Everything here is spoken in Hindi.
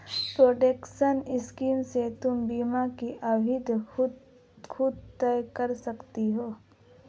प्रोटेक्शन स्कीम से तुम बीमा की अवधि खुद तय कर सकती हो